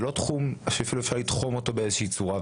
זה לא נושא שאפשר לתחום אותו באיזושהי צורה,